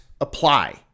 apply